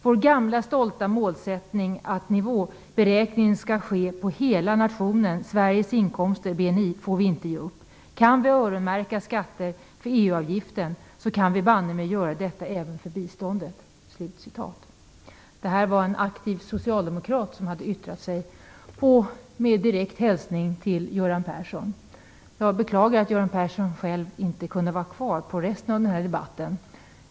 Vår gamla stolta målsättning att nivåberäkningen ska ske på hela nationen Sveriges inkomster, BNI, får vi inte ge upp. Kan vi öronmärka skatter för EU-avgiften, kan vi banne mig göra detta även för biståndet." Detta var en aktiv socialdemokrat som yttrade sig med direkt hälsning till Göran Persson. Jag beklagar att Göran Persson själv inte kunde vara kvar under resten av den här debatten.